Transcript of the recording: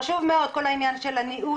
חשוב מאוד כל העניין של הניהול,